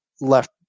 left